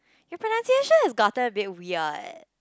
your pronunciation has gotten a bit weird